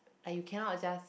like you cannot just